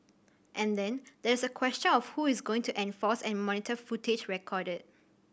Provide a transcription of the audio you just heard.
and then there's the question of who is going to enforce and monitor footage recorded